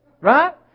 right